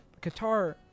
Qatar